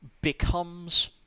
becomes